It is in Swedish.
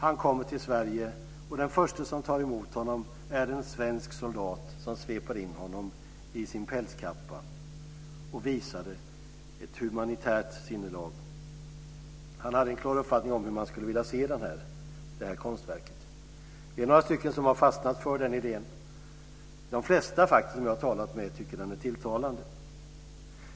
Han kommer till Sverige, och den förste som tar emot honom är en svensk soldat som sveper in honom i sin pälskappa och visar ett humanitärt sinnelag. Han hade en klar uppfattning om hur han ville se konstverket. Vi är några stycken som har fastnat för idén. De flesta jag har talat med tycker att den är tilltalande.